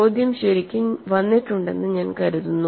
ചോദ്യം ശരിക്കും വന്നിട്ടുണ്ടെന്ന് ഞാൻ കരുതുന്നു